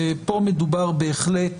ופה מדובר בהחלט